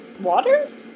Water